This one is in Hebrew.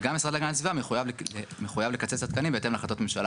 וגם המשרד להגנת הסביבה מחויב לקצץ את התקנים בהתאם להחלטת הממשלה.